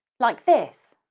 like this.